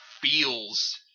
feels